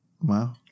Wow